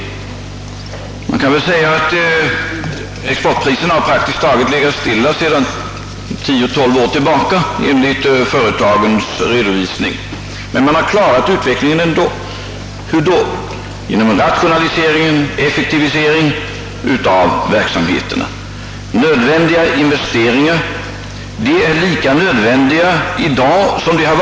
Exportpriserna har enligt företagens redovisning legat praktiskt taget stilla sedan tio, tolv år tillbaka, men företagen har trots detta klarat sig. Hur har det gått till? Jo, genom rationalisering och effektivisering av de olika verksamheterna. Och investeringar är lika nödvändiga i dag som tidigare.